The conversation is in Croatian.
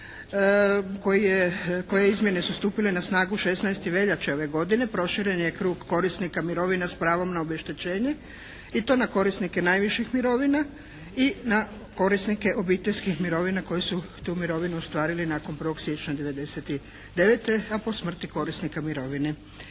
koje izmjene su stupile na snagu 16. veljače ove godine proširen je krug korisnika mirovina s pravom na obeštećenje i to na korisnike najviših mirovina i na korisnike obiteljskih mirovina koji su tu mirovinu ostvarili nakon 1. siječnja 1999. a po smrti korisnika mirovine.